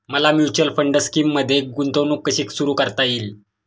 मला mutual fund स्कीममध्ये गुंतवणूक कशी सुरू करता येईल?